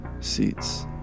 seats